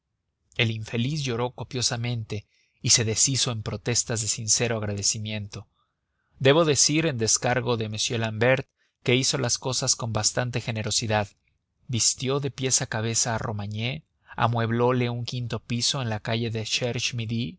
el infeliz lloró copiosamente y se deshizo en protestas de sincero agradecimiento debo decir en descargo de m l'ambert que hizo las cosas con bastante generosidad vistió de pies a cabeza a romagné amueblole un quinto piso en la calle del